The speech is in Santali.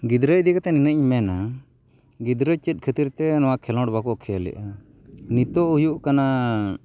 ᱜᱤᱫᱽᱨᱟᱹ ᱤᱫᱤ ᱠᱟᱛᱮ ᱱᱤᱱᱟᱹᱜ ᱤᱧ ᱢᱮᱱᱟ ᱜᱤᱫᱽᱨᱟᱹ ᱪᱮᱫ ᱠᱷᱟᱹᱛᱤᱨᱼᱛᱮ ᱱᱚᱣᱟ ᱠᱷᱮᱞᱳᱰ ᱵᱟᱠᱚ ᱠᱷᱮᱞᱮᱜᱼᱟ ᱱᱤᱛᱚᱜ ᱦᱩᱭᱩᱜ ᱠᱟᱱᱟ